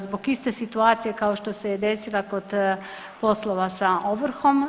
Zbog iste situacije kao što se je desila kod poslova sa ovrhom.